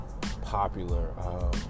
popular